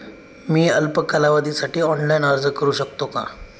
मी अल्प कालावधीसाठी ऑनलाइन अर्ज करू शकते का?